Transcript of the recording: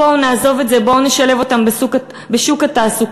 בואו נעזוב את זה, בואו נשלב אותם בשוק התעסוקה.